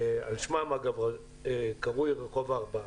על שמם קרוי רחוב הארבעה.